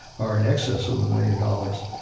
are in excess of a million dollars.